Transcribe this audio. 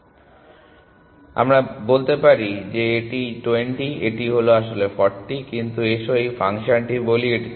সুতরাং আমি বলি যে এটি 20 এটি হলো আসলে 40 কিন্তু এসো এই ফাংশনটি বলি এটি 30